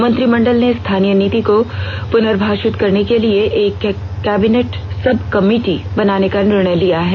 मंत्रिमंडल ने स्थानीय नीति को पुनर्परिभाषित करने के लिए एक कैबिनेट सब कमेटी बनाने का निर्णय लिया है